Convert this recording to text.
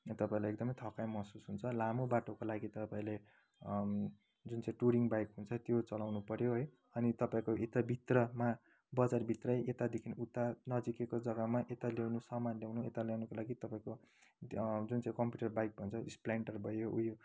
तपाईँलाई एकदमै थकाइ महसुस हुन्छ लामो बाटोको लागि त तपाईँले जुन चाहिँ टुरिङ बाइक हुन्छ त्यो चलाउनु पर्यो है अनि तपाईँको हिटरभित्रमा बजारभित्रै यतादेखि उता नजिकैको जग्गामा यता ल्याउनु सामान ल्याउनुको लागि तपाईँको जुन चाहिँ कम्प्युटर बाइक हुन्छ जस्तै स्प्लेन्डर भयो